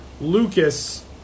Lucas